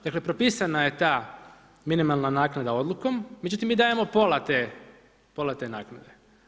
Dakle propisana je ta minimalna naknada odlukom, međutim mi dajemo pola te naknade.